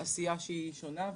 עשייה שונה.